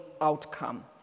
outcome